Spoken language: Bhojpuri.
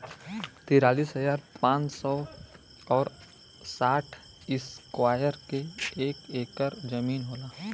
तिरालिस हजार पांच सौ और साठ इस्क्वायर के एक ऐकर जमीन होला